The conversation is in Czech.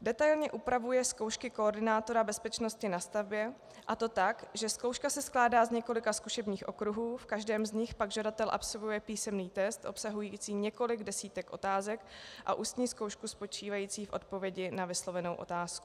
detailně upravuje zkoušky koordinátora bezpečnosti na stavbě, a to tak, že zkouška se skládá z několika zkušebních okruhů, v každém z nich pak žadatel absolvuje písemný test obsahující několik desítek otázek, a ústní zkoušku spočívající v odpovědi na vyslovenou otázku.